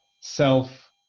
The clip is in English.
self